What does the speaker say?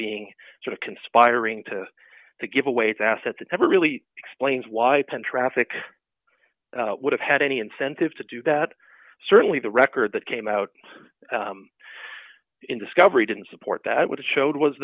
being sort of conspiring to to give away its asset that never really explains why penn traffic would have had any incentive to do that certainly the record that came out in discovery didn't support that would have showed was